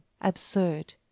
absurd